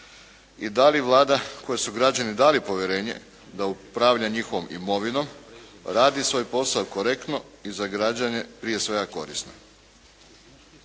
i da li Vlada kojoj su građani dali povjerenje da upravlja njihovom imovinom, radi svoj posao korektno i za građane prije svega korisno.